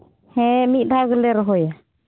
ᱦᱮᱸ ᱢᱤᱫ ᱫᱷᱟᱣ ᱜᱮᱞᱮ ᱨᱚᱦᱚᱭᱟ